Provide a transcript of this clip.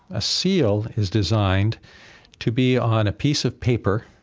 a seal is designed to be on a piece of paper,